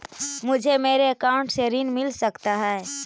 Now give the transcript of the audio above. मुझे मेरे अकाउंट से ऋण मिल सकता है?